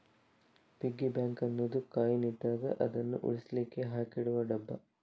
piggy bank ಅನ್ನುದು coin ಇದ್ದಾಗ ಅದನ್ನು ಉಳಿಸ್ಲಿಕ್ಕೆ ಹಾಕಿಡುವ ಡಬ್ಬ